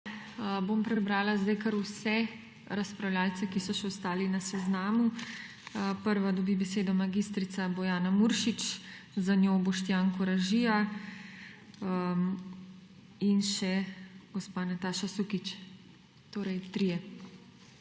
Bom prebrala sedaj kar vse razpravljavce, ki so še ostali na seznamu. Prva dobi besedo mag. Bojana Muršič, za njo Boštjan Koražija in še gospa Nataša Sukič. Torej, trije.